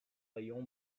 bayon